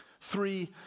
Three